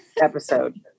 episode